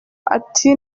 ati